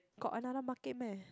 got another Market meh